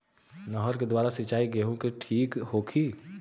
नहर के द्वारा सिंचाई गेहूँ के ठीक होखि?